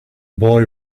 boy